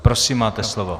Prosím, máte slovo.